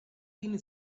been